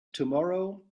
tomorrow